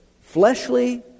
fleshly